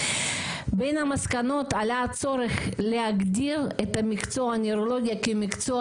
בין המסקנות עלה צורך להגדיר את מקצוע הנוירולוגיה כמקצוע